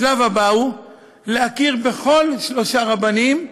השלב הבא הוא להכיר בכל שלושה רבנים,